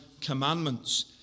commandments